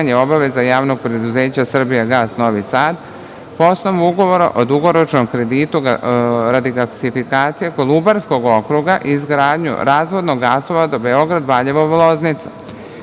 obaveza JP Srbijagas Novi Sad po osnovu Ugovora o dugoročnom kreditu radi gasifikacije Kolubarskog okruga i izgradnju razvodnog gasovoda Beograd-Valjevo-Loznica.